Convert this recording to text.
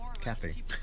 Kathy